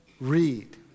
read